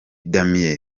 damien